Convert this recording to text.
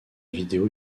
vidéo